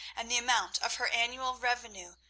and the amount of her annual revenue,